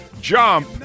Jump